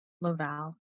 Laval